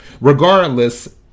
regardless